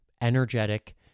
energetic